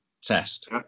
test